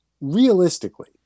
realistically